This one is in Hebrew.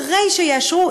אחרי שיאשרו,